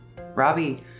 Robbie